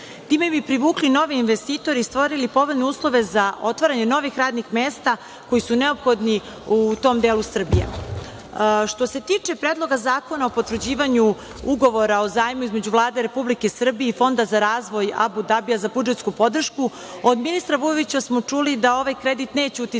Time bi privukli nove investitore i stvorili povoljne uslove za otvaranje novih radnih mesta, koja su neophodna u tom delu Srbije. Što se tiče Predloga zakona o potvrđivanju ugovora o zajmu između Vlade Republike Srbije i Fonda za razvoj Abu Dabija, za budžetsku podršku, od ministra Vujovića smo čuli da ovaj kredit neće uticati